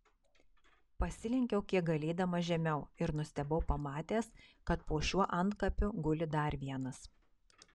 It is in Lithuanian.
pasilenkiau kiek galėdamas žemiau ir nustebau pamatęs kad po šiuo antkapiu guli dar vienas